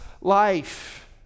life